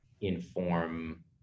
inform